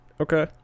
Okay